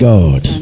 God